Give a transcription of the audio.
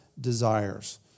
desires